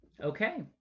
Okay